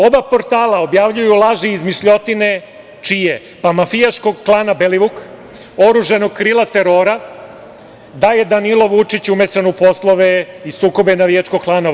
Oba portala objavljuju laži i izmišljotine mafijaškog klana Belivuk, oružanog krila terora, da je Danilo Vučić umešan u poslove i sukobe navijačkog klana.